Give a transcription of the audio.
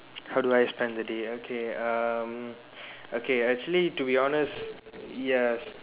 how do I spend the day okay um okay actually to be honest yes